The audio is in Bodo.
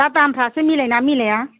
दा दामफोरासो मिलायोना मिलाया